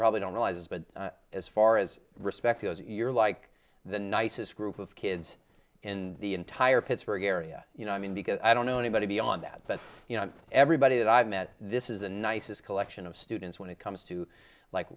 probably don't realize but as far as respect goes you're like the nicest group of kids in the entire pittsburgh area you know i mean because i don't know anybody beyond that but you know everybody that i've met this is the nicest collection of students when it comes to like